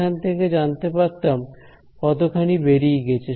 এখান থেকে জানতে পারতাম কতখানি বেরিয়ে গিয়েছে